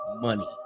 money